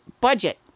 budget